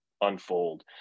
unfold